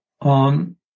on